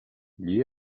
gli